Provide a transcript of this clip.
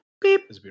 beep